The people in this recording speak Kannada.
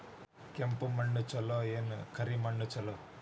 ಕೆಂಪ ಮಣ್ಣ ಛಲೋ ಏನ್ ಕರಿ ಮಣ್ಣ ಛಲೋ?